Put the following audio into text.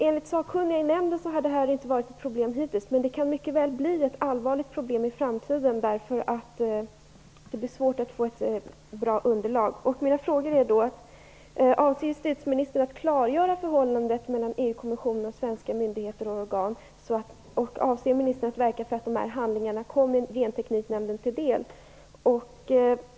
Enligt sakkunniga i nämnden har det här inte varit något problem hittills, men det kan mycket väl bli ett allvarligt problem i framtiden eftersom det blir svårt att få ett bra underlag. Avser justitieministern att klargöra förhållandet mellan EU-kommissionen och svenska myndigheter och organ, och avser ministern att verka för att dessa handlingar kommer Gentekniknämnden till del?